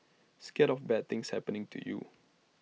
scared of bad things happening to you